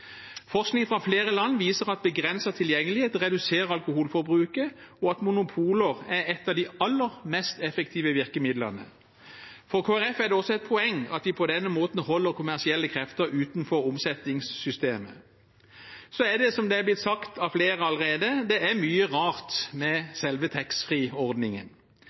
Forskning fra flere land viser at begrenset tilgjengelighet reduserer alkoholforbruket, og at monopol er et av de aller mest effektive virkemidlene. For Kristelig Folkeparti er det også et poeng at vi på denne måten holder kommersielle krefter utenfor omsetningssystemet. Så er det, som det er blitt sagt av flere allerede, mye rart med selve